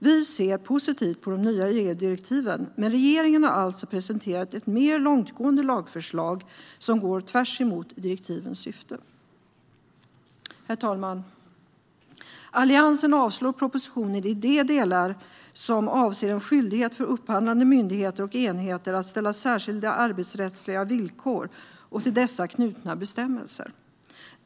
Vi ser positivt på de nya EU-direktiven, men regeringen har alltså presenterat ett mer långtgående lagförslag som går tvärtemot direktivens syfte. Herr talman! Alliansen avslår propositionen i de delar som avser en skyldighet för upphandlande myndigheter och enheter att ställa särskilda arbetsrättsliga villkor och till dessa knutna bestämmelser.